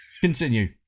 Continue